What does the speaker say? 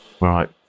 Right